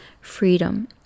freedom